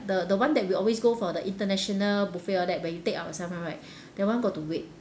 the the one that we always go for the international buffet all that where we take ourselves [one] right that one got to wait